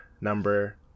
number